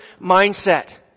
mindset